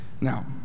Now